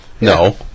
No